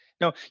no